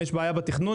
אם יש בעיה בתכנון,